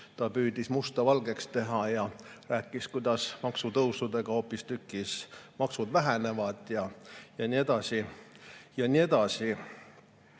Ta püüdis musta valgeks teha ja rääkis, kuidas maksutõusudega maksud hoopistükkis vähenevad ja nii edasi ja nii edasi.